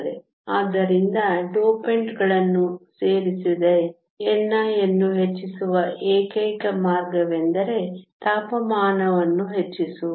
ಆದ್ದರಿಂದ ಡೋಪಂಟ್ಗಳನ್ನು ಸೇರಿಸದೆ ni ಅನ್ನು ಹೆಚ್ಚಿಸುವ ಏಕೈಕ ಮಾರ್ಗವೆಂದರೆ ತಾಪಮಾನವನ್ನು ಹೆಚ್ಚಿಸುವುದು